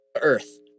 earth